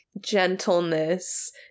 gentleness